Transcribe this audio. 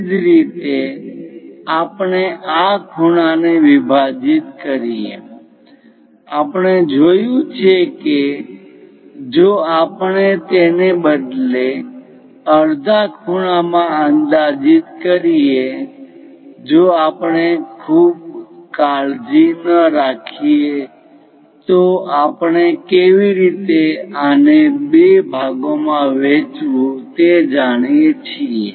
એ જ રીતે આપણે આ ખૂણાને વિભાજીત કરીએ આપણે જોયું છે કે જો આપણે તેને બદલે અડધા ખૂણામાં અંદાજીત કરીએ જો આપણે ખૂબ કાળજી ન રાખીએ તો આપણે કેવી રીતે આને બે ભાગોમાં વહેંચવું તે જાણીએ છીએ